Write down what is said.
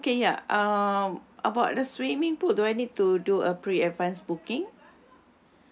okay ya um about the swimming pool do I need to do a pre-advance booking